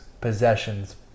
possessions